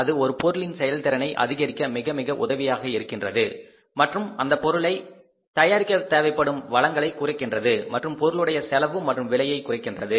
அது ஒரு பொருளின் செயல்திறனை அதிகரிக்க மிக மிக உதவியாக இருக்கின்றது மற்றும் அந்தப் பொருளை தயாரிக்க தேவைப்படும் வளங்களை குறைகின்றது மற்றும் பொருளுடைய செலவு மற்றும் விலையை குறைகின்றது